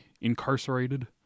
incarcerated